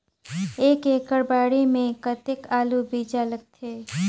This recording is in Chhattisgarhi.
एक एकड़ बाड़ी मे कतेक आलू बीजा लगथे?